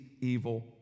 evil